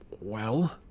Well